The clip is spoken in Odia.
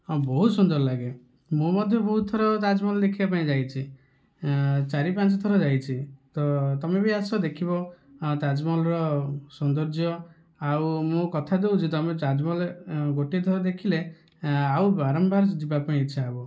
ହଁ ବହୁତ ସୁନ୍ଦର ଲାଗେ ମୁଁ ମଧ୍ୟ ବହୁତ ଥର ତାଜମହଲ ଦେଖିବା ପାଇଁ ଯାଇଛି ଚାରି ପାଞ୍ଚଥର ଯାଇଛି ତ ତୁମେ ବି ଆସ ଦେଖିବ ଆଉ ତାଜମହଲର ସୌନ୍ଦର୍ଯ୍ୟ ଆଉ ମୁଁ କଥା ଦେଉଛି ତୁମେ ତାଜମହଲ ଗୋଟିଏ ଥର ଦେଖିଲେ ଆଉ ବାରମ୍ବାର ଯିବା ପାଇଁ ଇଚ୍ଛା ହେବ